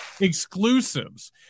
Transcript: exclusives